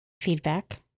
feedback